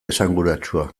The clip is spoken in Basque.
esanguratsua